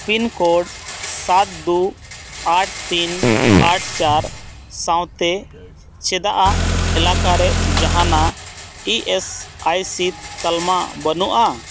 pin code ᱥᱟᱛ ᱫᱩ ᱟᱴ ᱛᱤᱱ ᱟᱴ ᱪᱟᱨ ᱥᱟᱶᱛᱮ ᱪᱮᱫᱟᱜᱼᱟ ᱮᱞᱟᱠᱟ ᱨᱮ ᱡᱟᱦᱟᱱᱟᱜ ᱤ ᱮᱥ ᱟᱭ ᱥᱤ ᱛᱟᱞᱢᱟ ᱵᱟᱹᱱᱩᱜᱼᱟ